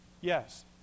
Yes